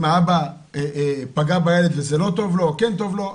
אם האבא פגע בילד וזה לא טוב לו או כן טוב לו,